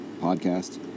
podcast